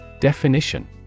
Definition